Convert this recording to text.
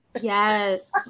yes